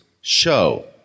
show